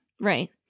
Right